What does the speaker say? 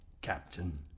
Captain